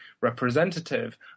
representative